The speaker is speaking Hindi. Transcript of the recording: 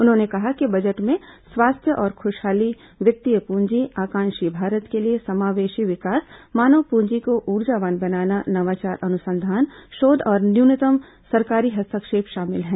उन्होंने कहा कि बजट में स्वास्थ्य और खुशहाली वित्तीय पूंजी आकांक्षी भारत के लिए समावेशी विकास मानव पूंजी को ऊर्जावान बनाना नवाचार अनुसंधान शोध और न्यूनतम सरकारी हस्तक्षेप शामिल है